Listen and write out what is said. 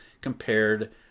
compared